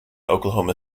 oklahoma